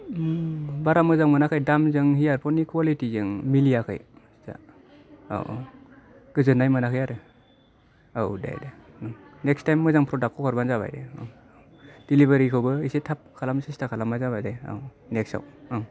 बारा मोजां मोनाखै दामजों इयारफन नि कुवालिटि जों मेलायाखै बुस्थुआव अ अ गोजोननाय मोनाखै आरो औ दे दे नेक्स्ट टाइम मोजां प्रडाक्टा खौ हरबानो जाबाय दे अ अ दिलिभारि खौबो इसे थाब खालामनो सेस्था खालाबानो जाबाय दे औ नेक्स्टाव